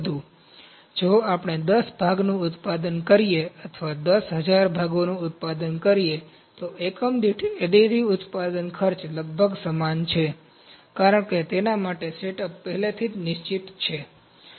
તેથી જો આપણે 10 ભાગનું ઉત્પાદન કરીએ અથવા 10000 ભાગોનું ઉત્પાદન કરીએ તો એકમ દીઠ એડિટિવ ઉત્પાદન ખર્ચ લગભગ સમાન છે કારણ કે તેના માટે સેટઅપ પહેલેથી જ નિશ્ચિત છે